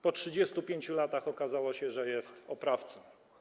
Po 35 latach okazało się, że jest oprawcą.